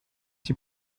die